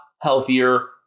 healthier